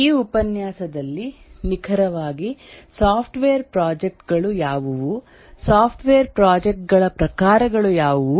ಈ ಉಪನ್ಯಾಸದಲ್ಲಿ ನಿಖರವಾಗಿ ಸಾಫ್ಟ್ವೇರ್ ಪ್ರಾಜೆಕ್ಟ್ ಗಳು ಯಾವುವು ಸಾಫ್ಟ್ವೇರ್ ಪ್ರಾಜೆಕ್ಟ್ ಗಳ ಪ್ರಕಾರಗಳು ಯಾವುವು